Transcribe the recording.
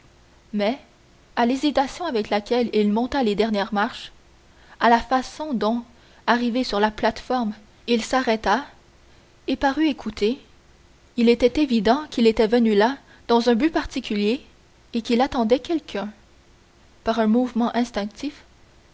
mais à l'hésitation avec laquelle il monta les dernières marches à la façon dont arrivé sur la plate-forme il s'arrêta et parut écouter il était évident qu'il était venu là dans un but particulier et qu'il attendait quelqu'un par un mouvement instinctif